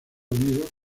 unidos